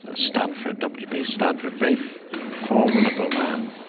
ah stanford w b. stanford, very formidable man.